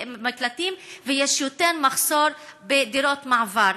ויש יותר מחסור בדירות מעבר.